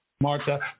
Martha